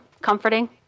comforting